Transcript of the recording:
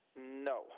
No